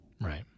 right